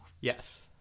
Yes